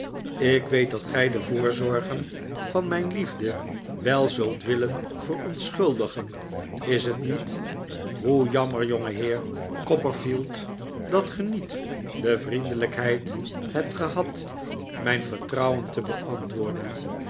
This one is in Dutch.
ik weet dat gij de voorzorgen van mijn liefde wel zult willen verontschuldigen is het niet hoe jammer jongeheer copperfield dat ge niet de vriendelijkheid hebt gehad mijn vertrouwen te beantwoorden